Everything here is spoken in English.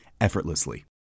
effortlessly